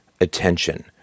attention